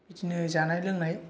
बिदिनो जानाय लोंनाय